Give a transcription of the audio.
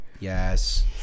yes